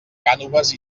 cànoves